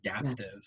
adaptive